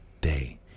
day